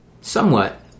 somewhat